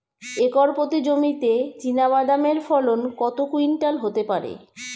Acre প্রতি জমিতে চীনাবাদাম এর ফলন কত কুইন্টাল হতে পারে?